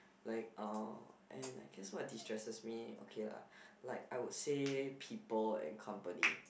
like uh and I guess what destresses me okay lah like I would say people and company